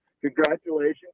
congratulations